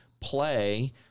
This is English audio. play